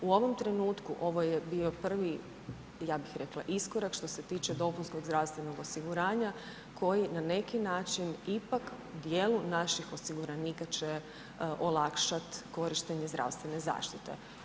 U ovom trenutku ovo je bio prvi, ja bih rekla, iskorak što se tiče dopunskog zdravstvenog osiguranja koji na neki način ipak dijelu naših osiguranika će olakšat korištenje zdravstvene zaštite.